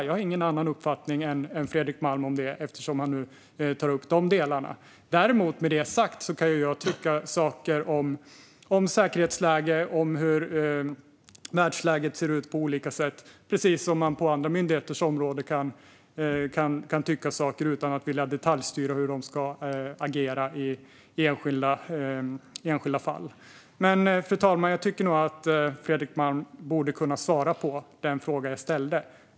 Jag har ingen annan uppfattning än Fredrik Malm om det. Däremot kan man tycka saker om hur säkerhetsläget och världsläget ser ut, precis som man på andra myndigheters område kan tycka saker utan att vilja detaljstyra hur de ska agera i enskilda fall. Fru talman! Jag tycker nog att Fredrik Malm borde kunna svara på den fråga jag ställde.